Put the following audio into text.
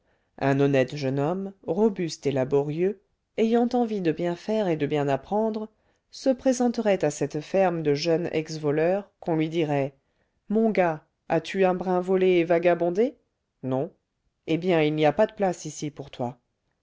un honnête jeune homme robuste et laborieux ayant envie de bien faire et de bien apprendre se présenterait à cette ferme de jeunes ex voleurs qu'on lui dirait mon gars as-tu un brin volé et vagabondé non eh bien il n'y a pas de place ici pour toi